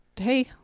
hey